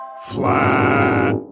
Flat